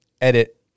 edit